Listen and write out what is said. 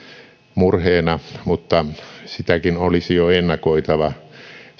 murheena mutta sitäkin olisi jo ennakoitava